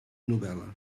novel·la